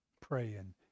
praying